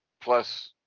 plus